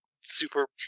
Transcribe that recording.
super